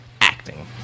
acting